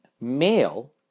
male